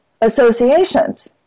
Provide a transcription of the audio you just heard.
associations